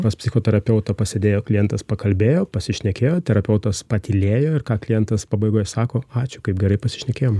pas psichoterapeutą pasėdėjo klientas pakalbėjo pasišnekėjo terapeutas patylėjo ir ką klientas pabaigoj sako ačiū kaip gerai pasišnekėjom